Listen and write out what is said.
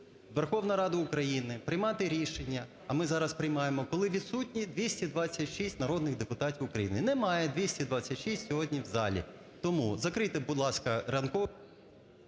Верховна Рада України приймати рішення, а ми зараз приймаємо, коли відсутні 226 народних депутатів України. Немає 226 сьогодні в залі. Тому закрийте, будь ласка, ранкове…